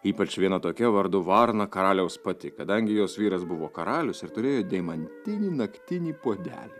ypač viena tokia vardu varna karaliaus pati kadangi jos vyras buvo karalius ir turėjo deimantinį naktinį puodelį